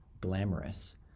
glamorous